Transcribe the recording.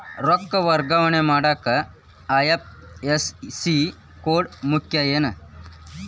ರೊಕ್ಕ ವರ್ಗಾವಣೆ ಮಾಡಾಕ ಐ.ಎಫ್.ಎಸ್.ಸಿ ಕೋಡ್ ಮುಖ್ಯ ಏನ್